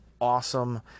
awesome